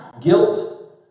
guilt